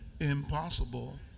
impossible